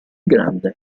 grande